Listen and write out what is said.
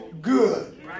good